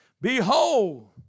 Behold